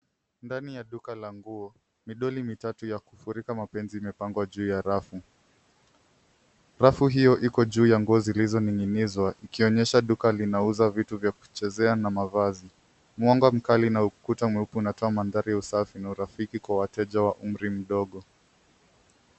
Ndani ya duka la nguo. Midoli mitatu ya kufurika mapenzi imepangwa juu ya rafu. Rafu hiyo iko juu ya nguo zilizoning'inizwa ikionyesha duka linauza vitu vya kuchezea na mavazi. Mwanga mkali na ukuta mweupe unatoa mandhari ya usafi na urafiki kwa wateja wa umri mdogo.